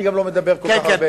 אני גם לא מדבר כל כך הרבה,